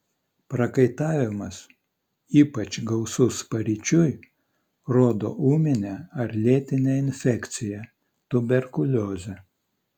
prakaitavimas ypač gausus paryčiui rodo ūminę ar lėtinę infekciją tuberkuliozę